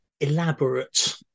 elaborate